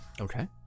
Okay